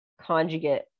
conjugate